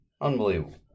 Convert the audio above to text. Unbelievable